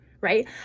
right